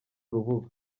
rubuga